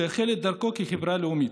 שהחל את דרכו כחברה לאומית.